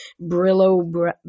Brillo